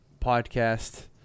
podcast